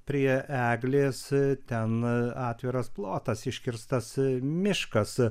prie eglės ten atviras plotas iškirstas miškas